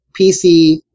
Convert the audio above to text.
PC